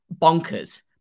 bonkers